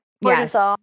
Yes